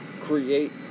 create